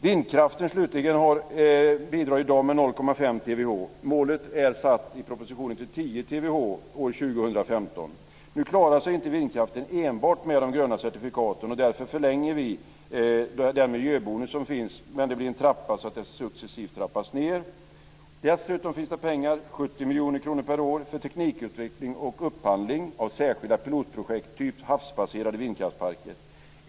Vindkraften, slutligen, bidrar i dag med 0,5 terawattimmar. Målet är i propositionen satt till 10 terawattimmar år 2015. Nu klarar sig inte vindkraften enbart med de gröna certifikaten, därför förlänger vi den miljöbonus som finns. Men det blir en trappa så att den successivt minskas. Dessutom finns det pengar - 70 miljoner kronor per år - för teknikutveckling och upphandling av särskilda pilotprojekt, typ havsbaserade vindkraftsparker.